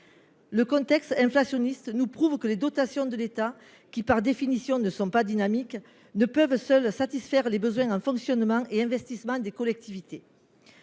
Le contexte inflationniste nous prouve que les dotations de l'État, qui par définition ne sont pas dynamique de peuvent seul : satisfaire les besoins en fonctionnement et investissement des collectivités.